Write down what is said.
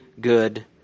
good